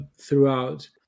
throughout